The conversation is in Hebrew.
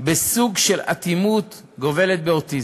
בסוג של אטימות גובלת באוטיזם,